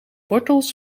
wortels